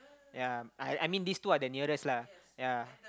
ya I I mean this two are the nearest lah ya